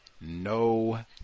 no